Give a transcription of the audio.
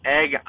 egg